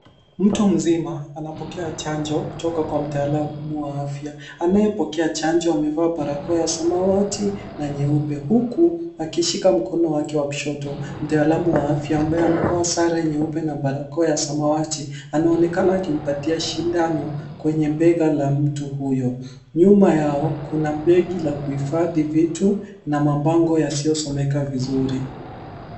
Mtu mzima anapokea chanjo kutoka kwa mtaalamu wa afya. Anayepokea chanjo amevaa barakoa ya samawati na nyeupe huku akishika mkono wake wa kushoto. Mtaalamu wa afya ambaye amevaa sare nyeupe na barakoa ya samawati, anaonekana akimpatia shindano kwenye bega la mtu huyo. Nyuma yao kuna begi la kuhifadhi vitu na mabango yasiyosomeka vizuri.